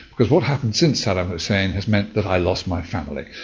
because what happened since saddam hussein has meant that i lost my family.